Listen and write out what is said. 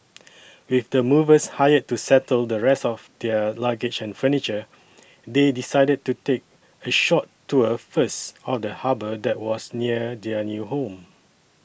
with the movers hired to settle the rest of their luggage and furniture they decided to take a short tour first of the harbour that was near their new home